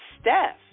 Steph